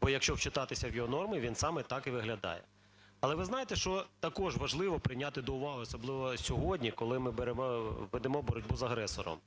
Бо якщо вчитатися в його норми, він саме так і виглядає. Але ви знаєте, що також важливо прийняти до уваги, особливо сьогодні, коли ми ведемо боротьбу з агресором?